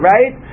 Right